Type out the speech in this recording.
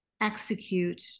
execute